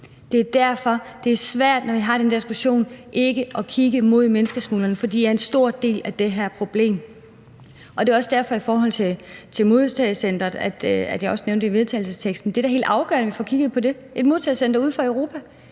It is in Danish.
Det er svært, når vi har den diskussion, ikke at kigge mod menneskesmuglerne, for de er en stor del af det her problem. Det er også derfor, som jeg også nævnte om modtagecenteret i forslaget til vedtagelse, at det da er helt afgørende, at vi får kigget på et modtagecenter uden for Europa,